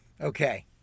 Okay